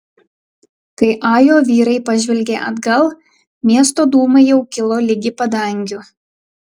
kai ajo vyrai pažvelgė atgal miesto dūmai jau kilo ligi padangių